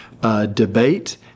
debate